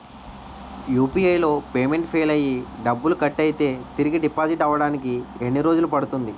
UPI లో payment fail అయ్యి డబ్బులు కట్ అయితే తిరిగి డిపాజిట్ అవ్వడానికి ఎన్ని రోజులు పడుతుంది?